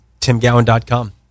timgowan.com